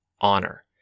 honor